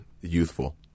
youthful